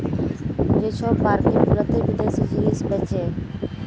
যে ছব মার্কেট গুলাতে বিদ্যাশি জিলিস বেঁচে